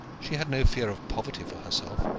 she had no fear of poverty for herself.